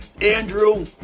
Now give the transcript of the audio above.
Andrew